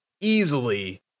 easily